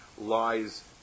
lies